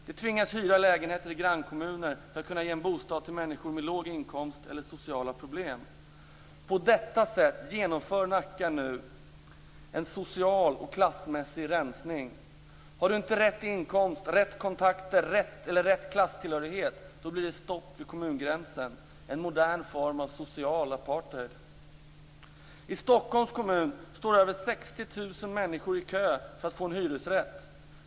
Man tvingas hyra lägenheter i grannkommuner för att kunna ge en bostad till människor med låg inkomst eller med sociala problem. På detta sätt genomför nu Nacka en social och klassmässig rensning. Har du inte rätt inkomst, rätta kontakterna eller rätta klasstillhörigheten blir det stopp vid kommungränsen - en modern form av social apartheid. I Stockholms kommun står över 60 000 människor i kö för att få en hyresrätt.